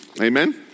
Amen